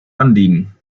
anliegen